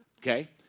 okay